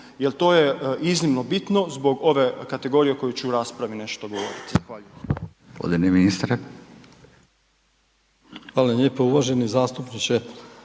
Jer to je iznimno bitno zbog ove kategorije o kojoj ću u raspravi nešto govoriti.